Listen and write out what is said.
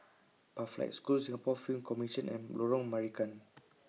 Pathlight School Singapore Film Commission and Lorong Marican